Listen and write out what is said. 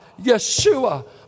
Yeshua